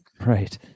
Right